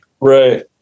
Right